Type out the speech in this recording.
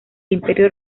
imperio